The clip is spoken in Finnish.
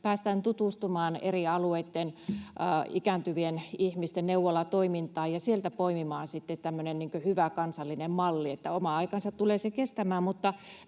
päästään tutustumaan eri alueitten ikääntyvien ihmisten neuvolatoimintaan ja sieltä poimimaan sitten tämmöinen hyvä kansallinen malli. Oman aikansa tulee se kestämään,